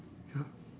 ya